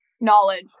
knowledge